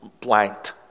blanked